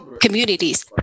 communities